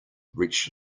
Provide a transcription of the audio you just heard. reached